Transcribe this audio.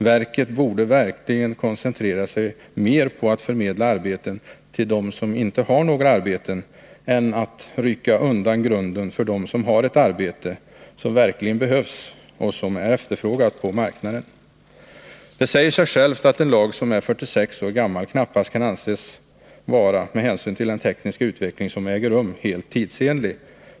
Verket borde verkligen koncentrera sig mer på att förmedla arbeten till dem som inte har några arbeten än att rycka undan grunden för dem som har ett arbete, som verkligen behövs och som är efterfrågat på marknaden. Det säger sig självt att en lag som är 46 år gammal med hänsyn till den tekniska utveckling som äger rum knappast kan vara helt tidsenlig.